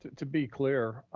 to be clear,